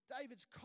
David's